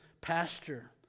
pasture